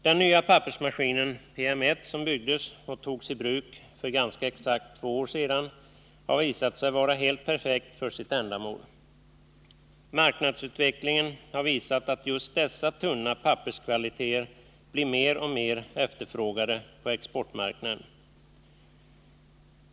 Den nya pappersmaskin, PM 1, som byggdes och togs i bruk för ganska exakt två år sedan, har visat sig vara helt perfekt för sitt ändamål. Marknadsutvecklingen har visat att just dessa tunna papperskvaliteter blir mer och mer efterfrågade på exportmarknaden.